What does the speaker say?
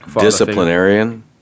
disciplinarian